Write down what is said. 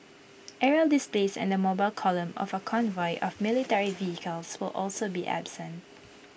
aerial displays and the mobile column of A convoy of military vehicles will also be absent